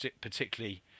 particularly